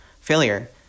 failure